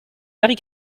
marie